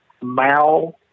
Mao